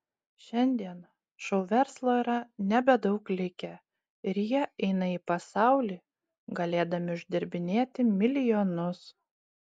šiandien šou verslo yra nebedaug likę ir jie eina į pasaulį galėdami uždirbinėti milijonus